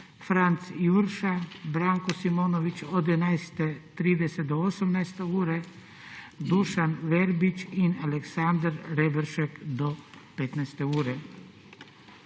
Franc Jurša, Branko Simonovič od 11.30 do 18. ure, mag. Dušan Verbič in Aleksander Reberšek do 15. ure.